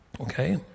Okay